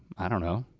i don't know,